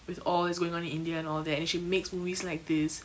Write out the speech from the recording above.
with all that's going on in india and all that and she makes movies like this